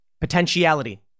potentiality